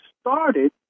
started